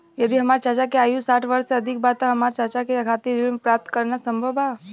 यदि हमार चाचा के आयु साठ वर्ष से अधिक बा त का हमार चाचा के खातिर ऋण प्राप्त करना संभव बा?